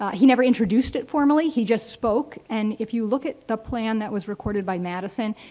he never introduced it formally, he just spoke and if you look at the plan that was recorded by madison,